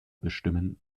bestimmen